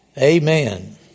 Amen